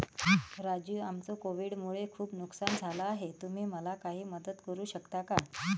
राजू आमचं कोविड मुळे खूप नुकसान झालं आहे तुम्ही मला काही मदत करू शकता का?